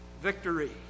victory